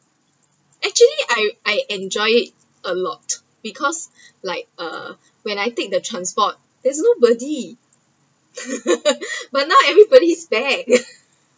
actually I I enjoy it a lot because like uh when I take the transport there’s nobody but now everybody is back